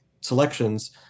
selections